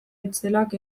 itzelak